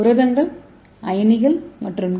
புரதங்கள் அயனிகள் மற்றும் டி